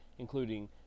including